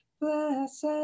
blessed